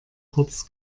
kurz